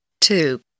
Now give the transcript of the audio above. two